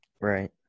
Right